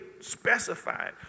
specified